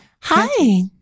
Hi